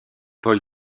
paul